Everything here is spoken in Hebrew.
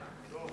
כהצעת